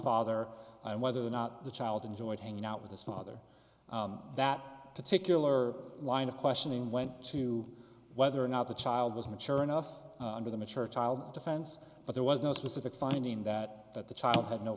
father and whether or not the child enjoyed hanging out with his father that particular line of questioning went to whether or not the child was mature enough for the mature tile defense but there was no specific finding that that the child had no